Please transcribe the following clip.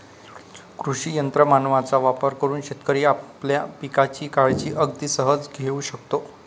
कृषी यंत्र मानवांचा वापर करून शेतकरी आपल्या पिकांची काळजी अगदी सहज घेऊ शकतो